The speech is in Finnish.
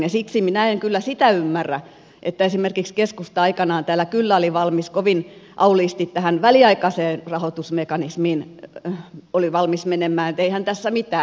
siksi minä en kyllä sitä ymmärrä että esimerkiksi keskusta aikanaan täällä kyllä oli valmis kovin auliisti tähän väliaikaiseen rahoitusmekanismiin menemään että eihän tässä mitään